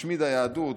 משמיד היהדות.